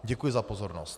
Děkuji za pozornost.